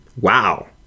Wow